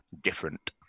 different